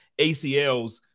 ACLs